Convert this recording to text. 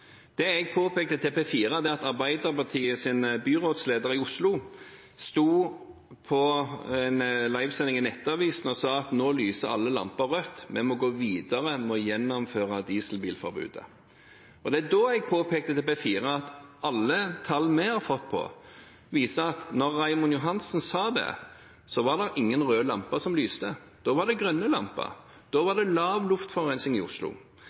Det jeg påpekte overfor P4, var at Arbeiderpartiets byrådsleder i Oslo på en livesending i Nettavisen sa at nå lyser alle lamper rødt, vi må gå videre, vi må gjennomføre dieselbilforbudet. Det var da jeg påpekte overfor P4 at alle tall vi har fått, viser at da Raymond Johansen sa det, var det ingen røde lamper som lyste. Da var det grønne lamper, da var det lav luftforurensning i Oslo.